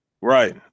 Right